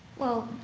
well,